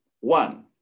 One